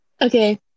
Okay